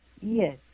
Yes